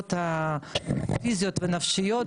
וביכולות הפיזיות והנפשיות,